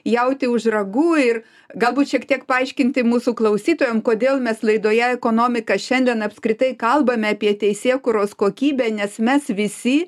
jautį už ragų ir galbūt šiek tiek paaiškinti mūsų klausytojam kodėl mes laidoje ekonomika šiandien apskritai kalbame apie teisėkūros kokybę nes mes visi